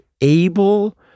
able